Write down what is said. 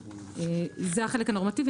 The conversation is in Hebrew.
זה החלק הנורמטיבי,